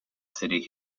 city